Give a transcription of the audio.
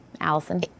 Allison